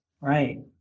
Right